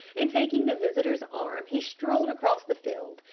and taking the visitor's arm he strolled across the field,